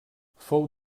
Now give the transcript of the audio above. fou